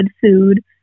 food